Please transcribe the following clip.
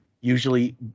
usually